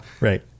Right